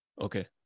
Okay